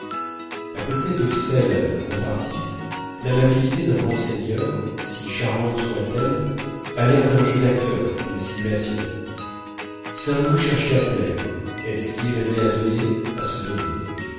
à côté de celle d'un grand artiste l'amabilité d'un grand seigneur si charmante soit elle a l'air d'un jeu d'acteur d'une simulation saint loup cherchait à plaire elstir aimait à donner à se donner